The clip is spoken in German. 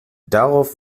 darauf